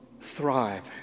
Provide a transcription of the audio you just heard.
thrive